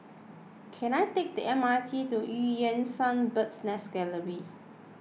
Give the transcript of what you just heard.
can I take the M R T to Eu Yan Sang Bird's Nest Gallery